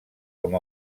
com